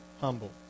humble